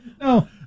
No